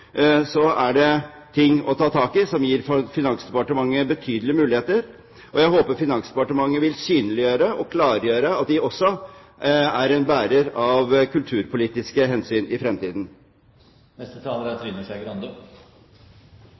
er det ting å ta tak i som gir Finansdepartementet betydelige muligheter. Jeg håper Finansdepartementet vil synliggjøre og klargjøre at de også er bærer av kulturpolitiske hensyn i fremtiden. I denne sal er